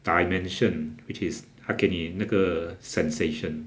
dimension which is 他给你那个 sensation